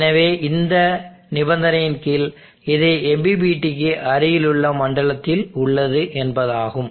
எனவே அந்த நிபந்தனையின் கீழ் இது MPPT க்கு அருகிலுள்ள மண்டலத்தில் உள்ளது என்பதாகும்